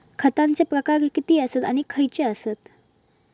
खतांचे प्रकार किती आसत आणि खैचे आसत?